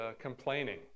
complaining